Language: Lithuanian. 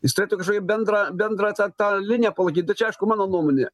jis turėtų kažkokią bendrą bendrą tą tą liniją palaikyt tai čia aišku mano nuomonė